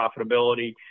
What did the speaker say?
profitability